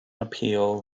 appeal